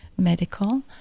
medical